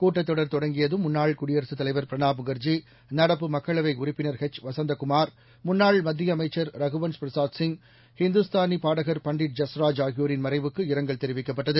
கூட்டத்தொடர் தொடங்கியதும் முன்னாள் குடியரசுத் தலைவர் பிரணாப் முகர்ஜி நடப்பு மக்களவை உறுப்பினா் எச் வசந்தகுமார் முன்னாள் மத்திய அமைச்சர் ரகுவன்ஸ் பிரசாத் சிங் ஹிந்துஸ்தானி பாடகர் பண்டிட் ஜஸ்ராஜ் ஆகியோரின் மறைவுக்கு இரங்கல் தெரிவிக்கப்பட்டது